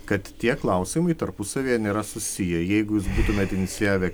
kad tie klausimai tarpusavyje nėra susiję jeigu būtumėt inicijavę